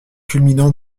culminant